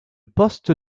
poste